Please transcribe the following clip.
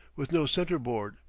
with no center-board,